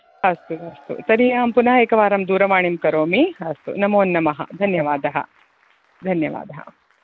अस्तु अस्तु तर्हि अहं पुनः एकवारं दूरवाणीं करोमि अस्तु नमोन्नमः धन्यवादः धन्यवादः